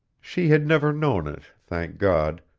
she had never known it, thank god,